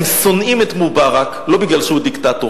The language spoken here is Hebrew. הם שונאים את מובארק לא מפני שהוא דיקטטור.